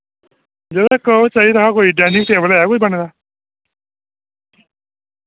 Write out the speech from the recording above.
यरो इक ओ चाहिदा हा कोई डाइनिंग टेबल है कोई बने दा